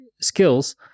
skills